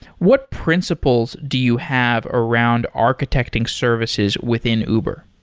what principles do you have around architecting services within uber?